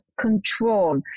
control